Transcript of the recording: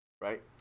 Right